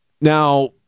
Now